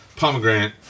pomegranate